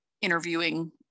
interviewing